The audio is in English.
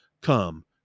Come